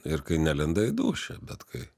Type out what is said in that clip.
ir kai nelenda į dūšią bet kai